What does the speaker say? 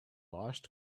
lost